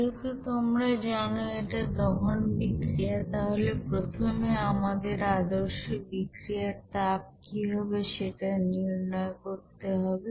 যেহেতু তোমরা জানো এটা দহন বিক্রিয়া তাহলে প্রথমে আমাদের আদর্শ বিক্রিয়ার তাপ কি হবে সেটা নির্ণয় করতে হবে